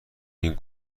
گین